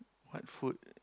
what food